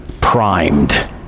primed